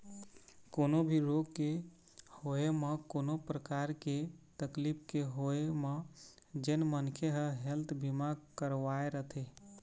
कोनो भी रोग के होय म कोनो परकार के तकलीफ के होय म जेन मनखे ह हेल्थ बीमा करवाय रथे